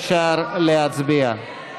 אפשר להצביע.